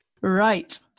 Right